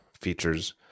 features